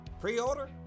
Pre-order